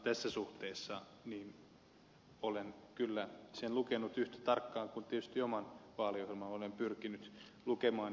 tässä suhteessa olen kyllä sen lukenut yhtä tarkkaan kuin tietysti oman vaaliohjelmamme olen pyrkinyt lukemaan